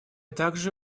также